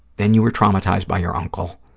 then you were traumatized by your uncle.